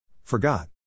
Forgot